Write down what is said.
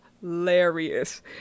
hilarious